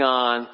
on